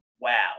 wow